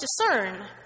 discern